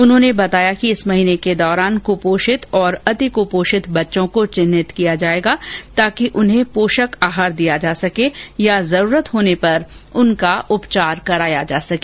उन्होंने बताया कि इस माह के दौरान कपोषित और अतिक्पोषित बच्चों को चिन्हीत किया जाएगा ताकि उन्हें पोषक आहार दिया जा सके या जरूरत हो तो उनका उपचार कराया जा सके